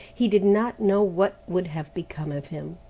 he did not know what would have become of him.